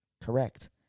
correct